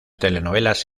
telenovelas